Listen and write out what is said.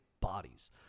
bodies